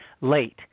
late